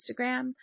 Instagram